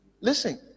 Listen